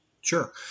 Sure